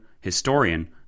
historian